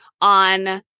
on